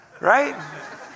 right